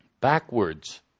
backwards